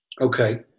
Okay